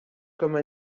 comme